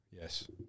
Yes